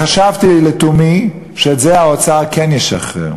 חשבתי לתומי שאת זה האוצר כן ישחרר.